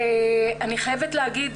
אני חייבת לומר,